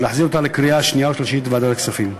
ונחזיר אותה להכנה לקריאה שנייה ושלישית לוועדת הכספים.